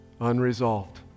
Unresolved